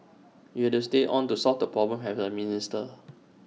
you have to stay on to solve the problem as A minister